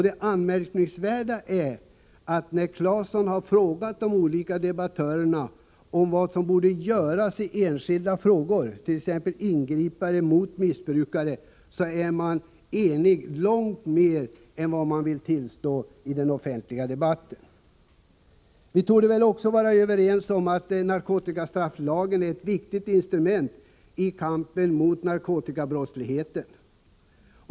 Det anmärkningsvärda är att när Claesson frågat de olika debattörerna om vad som bör göras i de enskilda frågorna, t.ex. ingripande mot missbrukare, är de eniga långt mer än de vill tillstå i den offentliga debatten. Vi torde vara överens om att narkotikalagstiftningen är ett viktigt instrument i kampen mot narkotikabrottsligheten.